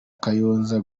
kayonza